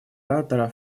оратора